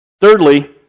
Thirdly